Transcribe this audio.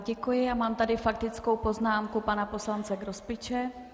Děkuji a mám tady faktickou poznámku pana poslance Grospiče.